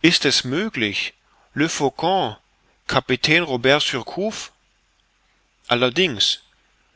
ist es möglich le faucon kapitän robert surcouf allerdings